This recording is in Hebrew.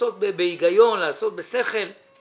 לעשות בהיגיון ובשכל אבל